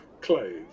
clothes